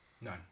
None